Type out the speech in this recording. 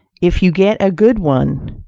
if you get a good one,